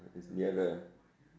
it's nearer